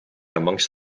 amongst